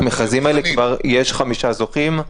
במכרזים האלה כבר יש חמישה זוכים,